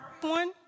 one